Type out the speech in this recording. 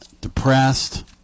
depressed